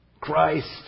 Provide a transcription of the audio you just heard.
Christ